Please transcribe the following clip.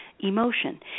emotion